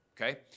okay